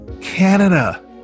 Canada